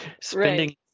spending